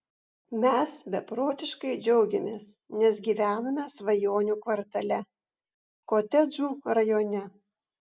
mes beprotiškai džiaugiamės nes gyvename svajonių kvartale kotedžų rajone